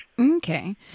Okay